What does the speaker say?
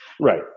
Right